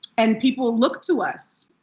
and people look to us,